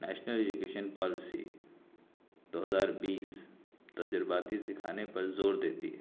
national education policy دو ہزار بیس تجرباتی سیکھانے پر زور دیتی ہے